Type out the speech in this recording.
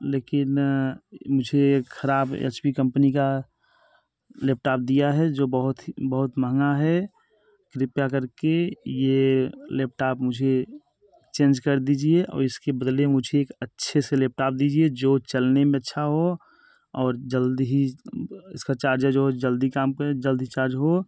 लेकिन मुझे ख़राब एच पी कंपनी का लेपटाप दिया है जो बहुत ही बहुत महंगा है कृपया कर के ये लेपटाप मुझे चेंज कर दीजिए और इसके बदले मुझे एक अच्छे से लेपटाप दीजिए जो चलने में अच्छा हो और जल्दी ही इसका चार्जर जो है जल्दी काम पर जल्द ही चार्ज हो